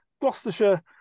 Gloucestershire